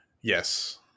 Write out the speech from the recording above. Yes